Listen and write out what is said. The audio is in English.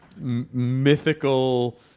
mythical